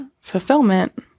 fulfillment